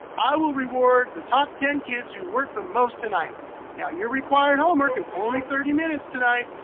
i will reward the top ten kids who worked the most tonight. now your required homework is only thirty minutes tonight,